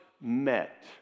met